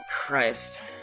Christ